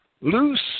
Loose